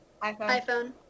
iPhone